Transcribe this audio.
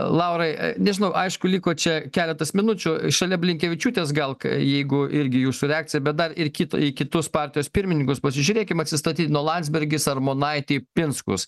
laurai nežinau aišku liko čia keletas minučių šalia blinkevičiūtės gal jeigu irgi jūsų reakcija bet dar ir kitą į kitus partijos pirmininkus pasižiūrėkim atsistatydino landsbergis armonaitė pinskus